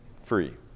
free